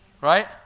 Right